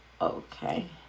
Okay